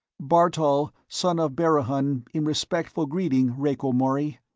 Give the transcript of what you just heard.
bartol son of berihun in respectful greeting, rieko mori.